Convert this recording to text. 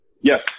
Yes